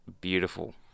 beautiful